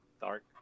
dark